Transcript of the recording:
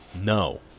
No